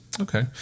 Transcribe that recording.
Okay